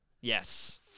Yes